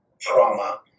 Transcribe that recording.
trauma